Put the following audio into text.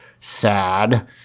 Sad